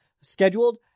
scheduled